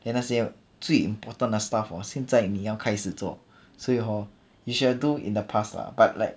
then 那些最 important the stuff hor 现在你要开始做所以 hor you should have do it in the past lah but like